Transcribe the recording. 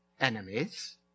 enemies